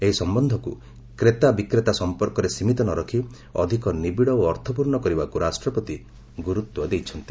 ଏହି ସମ୍ବନ୍ଧକୁ କ୍ରେତା ବିକ୍ରେତା ସଂପର୍କରେ ସୀମିତ ନ ରଖି ଅଧିକ ନିବିଡ଼ ଓ ଅର୍ଥପୂର୍ଣ୍ଣ କରିବାକୁ ରାଷ୍ଟ୍ରପତି ଗୁରୁତ୍ୱ ଦେଇଛନ୍ତି